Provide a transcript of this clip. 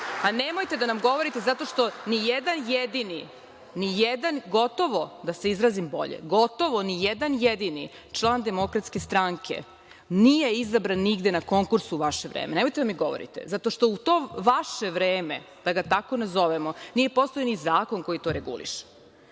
nemojte da nam govorite, zato što ni jedan jedini, da se izrazim bolje, gotovo ni jedan jedini član DS nije izabran nigde na konkursu u vaše vreme. Nemojte da mi govorite, zato što u to vaše vreme, da ga tako nazovemo, nije postojao ni zakon koji to reguliše. Znači,